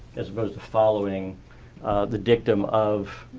as opposed to following the dictum of